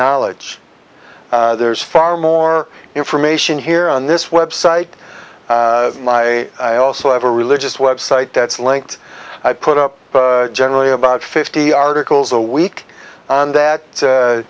knowledge there's far more information here on this website my i also have a religious website that's linked i put up generally about fifty articles a week on that